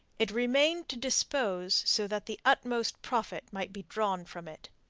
it remained to dispose so that the utmost profit might be drawn from it.